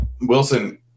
Wilson